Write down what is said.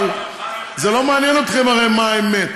אבל זה לא מעניין אתכם, הרי, מה האמת.